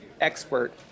expert